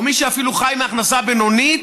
או מישהו שאפילו חי מהכנסה בינונית,